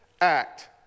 act